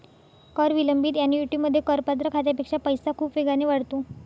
कर विलंबित ऍन्युइटीमध्ये, करपात्र खात्यापेक्षा पैसा खूप वेगाने वाढतो